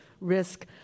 risk